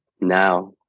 now